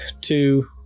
two